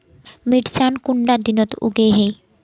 मिर्चान कुंडा दिनोत उगैहे?